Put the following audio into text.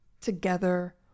together